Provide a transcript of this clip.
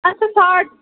اچھا ساڑ